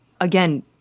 again